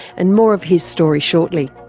and more of his story shortly.